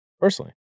Personally